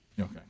Okay